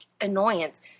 annoyance